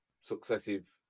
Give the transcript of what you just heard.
successive